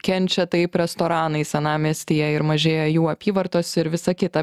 kenčia taip restoranai senamiestyje ir mažėja jų apyvartos ir visa kita